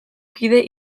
kide